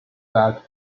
that